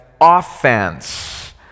offense